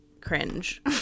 cringe